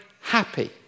happy